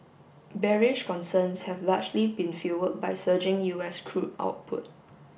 bearish concerns have largely been fuelled by surging U S crude output